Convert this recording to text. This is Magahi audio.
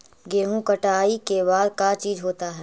गेहूं कटाई के बाद का चीज होता है?